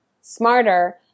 smarter